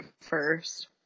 first